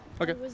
Okay